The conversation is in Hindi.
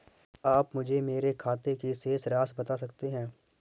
आप मुझे मेरे खाते की शेष राशि बता सकते हैं?